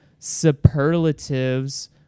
superlatives